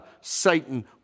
Satan